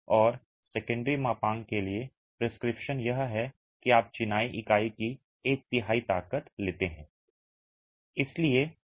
और सेकेंडरी मापांक के लिए प्रिस्क्रिप्शन यह है कि आप चिनाई इकाई की एक तिहाई ताकत लेते हैं